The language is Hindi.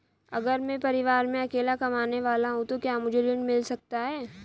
अगर मैं परिवार में अकेला कमाने वाला हूँ तो क्या मुझे ऋण मिल सकता है?